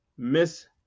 Miss